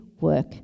work